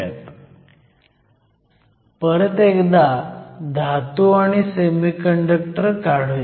आता परत एकदा धातू आणि सेमीकंडक्टर काढुयात